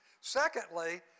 secondly